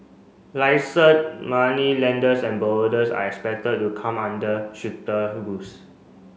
moneylenders and borrowers are expected to come under stricter rules